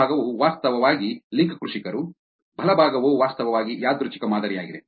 ಎಡಭಾಗವು ವಾಸ್ತವವಾಗಿ ಲಿಂಕ್ ಕೃಷಿಕರು ಬಲಭಾಗವು ವಾಸ್ತವವಾಗಿ ಯಾದೃಚ್ಛಿಕ ಮಾದರಿಯಾಗಿದೆ